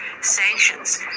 sanctions